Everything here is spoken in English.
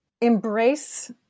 embrace